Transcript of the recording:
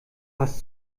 was